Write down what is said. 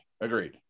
Agreed